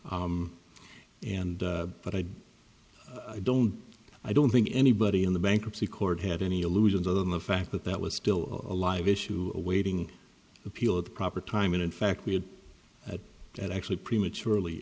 sure and but i do i don't i don't think anybody in the bankruptcy court had any illusions other than the fact that that was still a live issue awaiting appeal at the proper time and in fact we had at that actually prematurely